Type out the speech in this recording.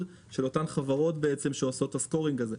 של אותן חברות שעושות את הסקורינג הזה.